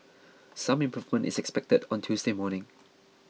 some improvement is expected on Tuesday morning